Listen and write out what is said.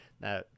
Now